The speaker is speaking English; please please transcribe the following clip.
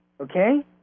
okay